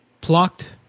Plucked